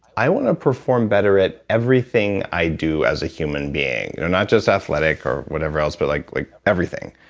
i want to perform better at everything i do as a human being. not just athletic or whatever else, but like like everything,